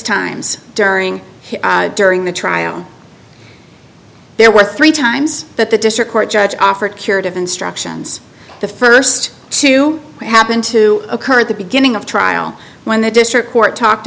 times during during the trial there were three times that the district court judge offered curative instructions the first to happen to occur at the beginning of trial when the district court talked